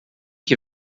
que